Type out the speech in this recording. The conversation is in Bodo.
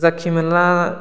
जाखि मोनलाङा